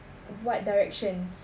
what direction